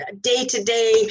day-to-day